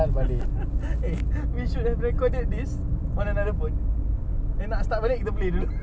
eh we should have record this on another phone and nak start balik kita play dulu